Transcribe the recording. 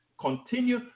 continue